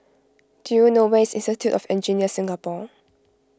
do you know where is Institute of Engineers Singapore